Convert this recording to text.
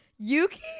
Yuki